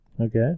Okay